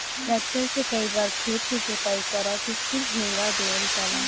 tractor से कई बार खेत के जोताई करा के फिर हेंगा देवल जाला